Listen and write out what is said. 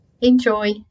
enjoy